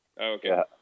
okay